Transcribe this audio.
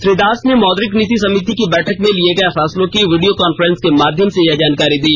श्री दास ने मौद्रिक नीति समिति की बैठक में लिये गये फेसलों की वीडियो कान्फ्रेंस के माध्यम से यह जानकारी दी